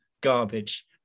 garbage